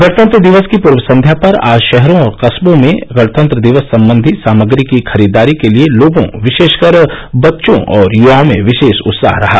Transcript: गणतंत्र दिवस की पूर्व संध्या पर आज शहरों और कस्बों में गणतंत्र दिवस सम्बन्धी सामग्री की खरीददारी के लिये लोगों विशेषकर बच्चों और युवाओं में विशेष उत्साह रहा